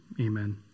amen